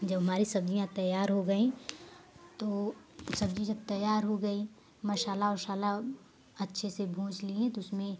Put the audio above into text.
जब हमारी सब्जियाँ तैयार हो गईं तो सब्जी जब तैयार हो गई मसाला ओसाला अच्छे से भूँज लिए तो उसमें